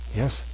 yes